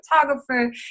photographer